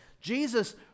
Jesus